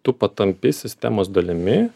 tu patampi sistemos dalimi